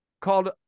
called